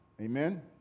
Amen